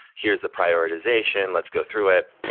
here's the prioritization. let's go through it.